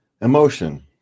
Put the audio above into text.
emotion